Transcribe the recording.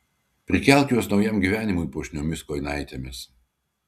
prikelk juos naujam gyvenimui puošniomis kojinaitėmis